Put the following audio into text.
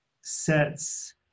sets